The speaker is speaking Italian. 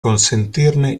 consentirne